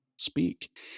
speak